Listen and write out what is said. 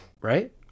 right